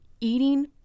eating